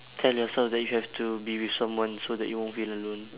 tell yourself that you have to be with someone so that you won't feel alone